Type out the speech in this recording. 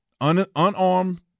unarmed